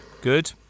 Good